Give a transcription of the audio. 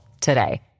today